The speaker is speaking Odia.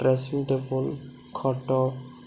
ଡ୍ରେସିଂ ଟେବୁଲ ଖଟ